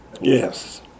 Yes